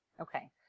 Okay